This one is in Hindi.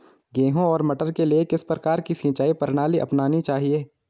गेहूँ और मटर के लिए किस प्रकार की सिंचाई प्रणाली अपनानी चाहिये?